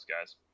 guys